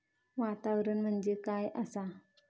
वातावरण म्हणजे काय आसा?